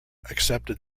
accepted